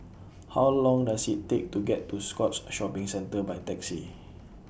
How Long Does IT Take to get to Scotts Shopping Centre By Taxi